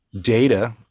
data